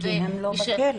אם הוא לא בכלא.